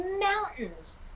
mountains